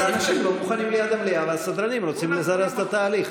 כי האנשים לא מוכנים ליד המליאה והסדרנים רוצים לזרז את התהליך.